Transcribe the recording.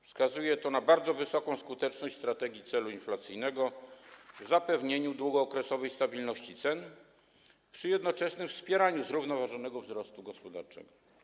Wskazuje to na bardzo wysoką skuteczność strategii celu inflacyjnego w zapewnieniu długookresowej stabilności cen przy jednoczesnym wspieraniu zrównoważonego wzrostu gospodarczego.